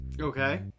Okay